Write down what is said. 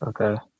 Okay